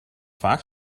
vaak